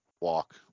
walk